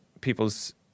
people's